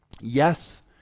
Yes